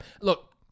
Look